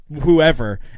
whoever